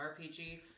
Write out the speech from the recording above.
RPG